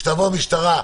כשתבוא המשטרה,